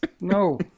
No